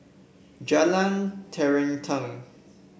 Jalan Terentang